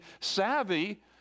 savvy